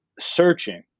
searching